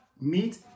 meet